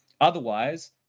Otherwise